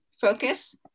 focus